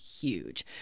huge